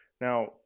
Now